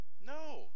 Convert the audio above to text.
no